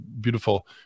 beautiful